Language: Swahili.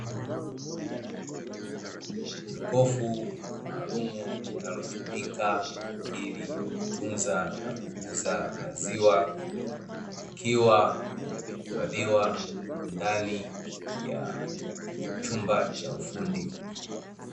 Jokofu maalumu linalotumika kwa ajili ya kutunza na kuuza maziwa, likiwa limehifadhiwa ndani ya chumba cha ufundi.